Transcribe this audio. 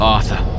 Arthur